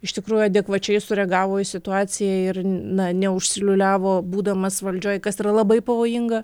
iš tikrųjų adekvačiai sureagavo į situaciją ir na ne užsiliūliavo būdamas valdžioj kas yra labai pavojinga